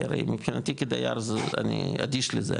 מבחינתי אני אדיש לזה,